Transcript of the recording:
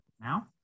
now